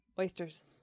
Oysters